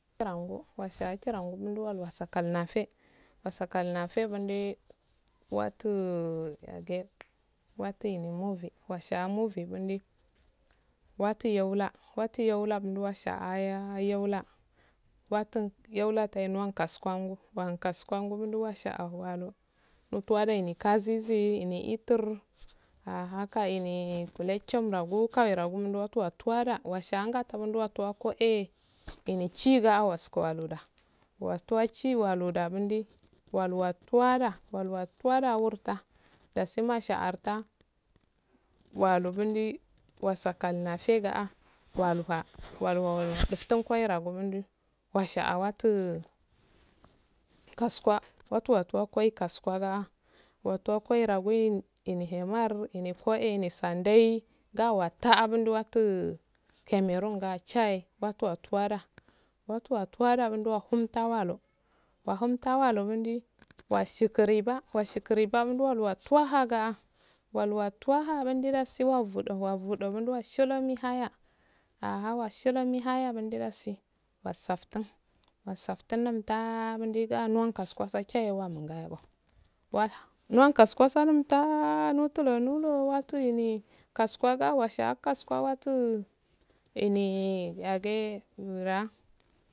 Wasiya jirangu wasiya jirangu munduwalkal nape wasakal nape wwasakar nape mundi watta watul mubi washa mubi mundi wattu yola wattui gola mundu wash a aya h yola yawttu yola yahan kasuguwangu kohun kasu giwengu wattu wash alu munduwo gwanegu kasisi hine intur haka ine kulcham regum koweragu kalis turwa dura washa ngaduwa koh eeh in chiga oow goskuwaluwa watawa chwaluwa mundi waluwa diwada wuluwa duwan wurta dasi masha arttah hjalu gi wasakal napega ah walu ofduttun kweragu nd ash wattu kasuwa wattu kasuwa watu wattuwa ka kkasuwa ga ha doi koiragi ihine himmar ihine sandda ye ga wa tta un kkameronsa thaye watuwatuwa da watuwatuwa da mulduwa tahadi ohum ta walo mundu washeki roba washikun riba mundu duwa ttaha waluwa ttuwaha mundu dasi wabudo wabudo munduwa shimoli haya ah hahya shimoli yaha dohdasi wosafttun wosafttun nonttah mundi adu kasuwangi muhun kasugu numttadah nolulo wattu eh washaye kasugu ene yagu